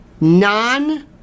non